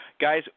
Guys